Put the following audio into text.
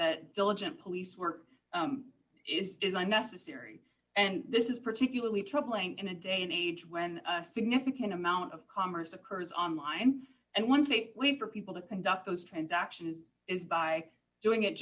that diligent police were is necessary and this is particularly troubling in a day and age when a significant amount of commerce occurs online and once a week for people to conduct those transaction is is by doing it